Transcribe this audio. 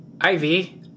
Ivy